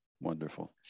Wonderful